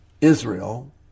Israel